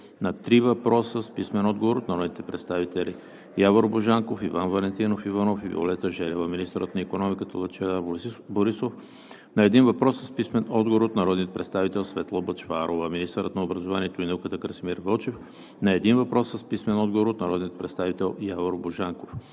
на три въпроса с писмен отговор от народните представители Явор Божанков; Иван Валентинов Иванов; и Виолета Желева; - министърът на икономиката Лъчезар Борисов – на един въпрос с писмен отговор от народния представител Светла Бъчварова; - министърът на образованието и науката Красимир Вълчев – на един въпрос с писмен отговор от народния представител Явор Божанков;